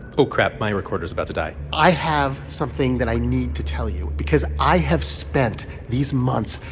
oh, crap. my recorder's about to die i have something that i need to tell you because i have spent these months.